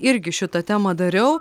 irgi šitą temą dariau